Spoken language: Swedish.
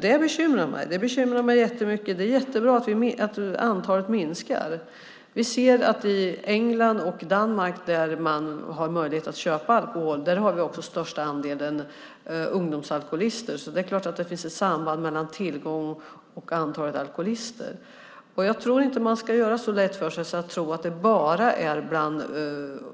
Det bekymrar mig. Det bekymrar mig jättemycket. Det är jättebra att antalet minskar. Vi ser att i England och i Danmark där man har möjlighet att köpa alkohol har vi den största andelen ungdomsalkoholister. Det är klart att det finns ett samband mellan tillgång och antalet alkoholister. Jag tror inte att man ska göra det så lätt för sig att man tror att det bara är bland